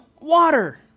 water